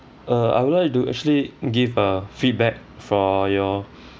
uh I would like to actually give a feedback for your